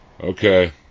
Okay